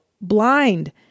blind